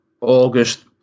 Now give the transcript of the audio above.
August